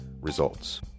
results